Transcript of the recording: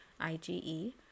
IgE